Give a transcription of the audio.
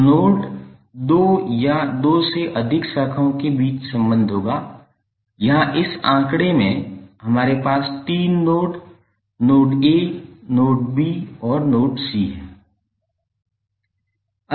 तो नोड दो या दो से अधिक शाखाओं के बीच संबंध होगा यहां इस आंकड़े में हमारे पास तीन node node a node b और नोड c हैं